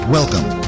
Welcome